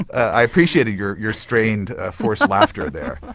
i appreciated your your strained, forced laughter there.